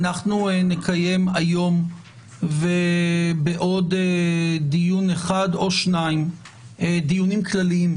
אנחנו נקיים היום ובעוד דיון אחד או שניים דיונים כלליים,